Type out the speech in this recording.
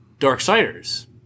Darksiders